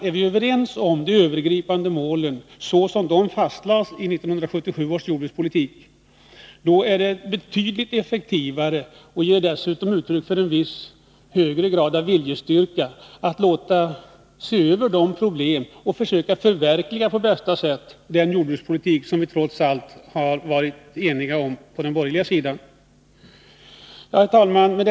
Är vi överens om de övergripande målen, så som de fastlades i 1977 års jordbrukspolitik, är det betydligt effektivare och ger dessutom uttryck för en högre grad av viljestyrka att låta se över problemen och försöka att på bästa sätt förverkliga den jordbrukspolitik som vi trots allt varit eniga om på den borgerliga sidan. Herr talman!